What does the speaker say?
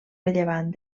rellevant